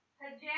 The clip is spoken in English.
Pajamas